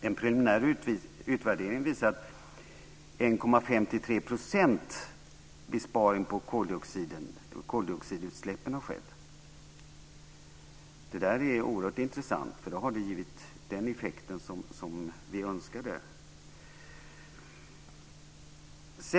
En preliminär utvärdering visar att 1,53 % besparing av koldioxidutsläppen har skett. Det är oerhört intressant. Det har givit den effekt vi önskade.